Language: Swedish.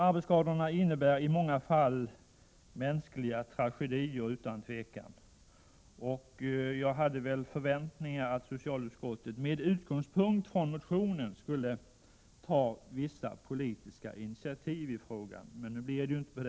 Arbetsskador innebär i många fall mänskliga tragedier. Jag hade väl förväntningar om att socialutskottet med utgångspunkt i motionen skulle ta vissa politiska initiativ i frågan. Men nu blir det inte så.